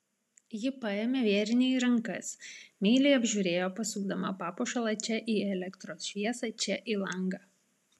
ji paėmė vėrinį į rankas meiliai apžiūrėjo pasukdama papuošalą čia į elektros šviesą čia į langą